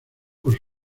por